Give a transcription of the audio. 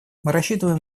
рассчитываем